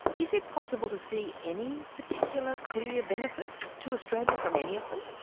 is it possible to see any particular clear benefit to australia from any of them?